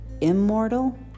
immortal